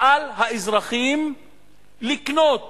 על האזרחים לקנות